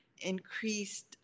increased